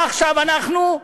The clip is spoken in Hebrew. מה עכשיו אנחנו?